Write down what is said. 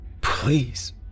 Please